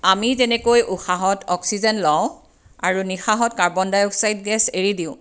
আমি যেনেকৈ উশাহত অক্সিজেন লওঁ আৰু নিশাহত কাৰ্বন ডাই অক্সাইড গেছ এৰি দিওঁ